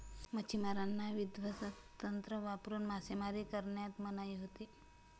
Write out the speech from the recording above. मच्छिमारांना विध्वंसक तंत्र वापरून मासेमारी करण्यास मनाई होती